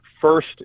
First